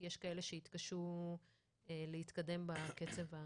יש כאלה שהתקשו להתקדם בקצב המצופה.